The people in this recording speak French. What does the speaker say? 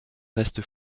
reste